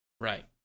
Right